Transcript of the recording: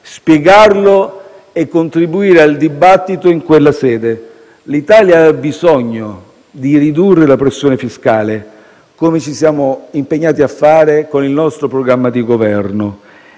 spiegarla e contribuire al dibattito in quella sede. L'Italia ha bisogno di ridurre la pressione fiscale - come ci siamo impegnati a fare con il nostro programma di Governo